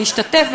להשתתף,